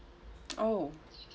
oh